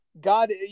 God